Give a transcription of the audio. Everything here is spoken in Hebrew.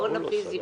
בהון הפיזי,